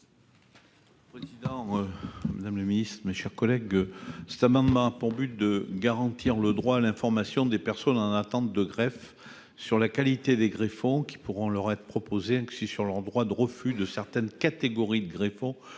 : La parole est à M. Daniel Chasseing. Cet amendement a pour objet de garantir le droit à l'information des personnes en attente de greffe sur la qualité des greffons qui pourront leur être proposés, ainsi que sur leur droit de refus de certaines catégories de greffons,